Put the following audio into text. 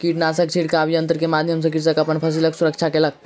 कीटनाशक छिड़काव यन्त्र के माध्यम सॅ कृषक अपन फसिलक सुरक्षा केलक